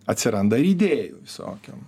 atsiranda idėjų visokių